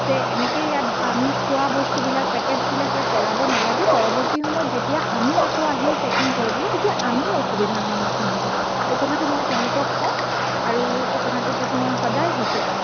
যে এনেকৈ ইয়াত আমি খোৱা বস্তুবিলাক পেকেট্চবিলাক ইয়াত পেলাব নালাগে পৰৱৰ্তী সময়ত যেতিয়া আমি আকৌ আহিম ট্ৰেকিং কৰিবলৈ তেতিয়া আমি অসুবিধাৰ সন্মুখীন হ'ম এই কথাটো মই তেওঁলোকক কওঁ আৰু এই কথাটোৰ প্ৰতি মই সদায় সচেতন